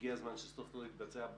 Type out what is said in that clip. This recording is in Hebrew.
והגיע הזמן שסוף סוף יתבצע,